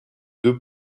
deux